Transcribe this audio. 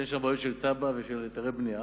אין בהם בעיות של תב"ע והיתרי בנייה,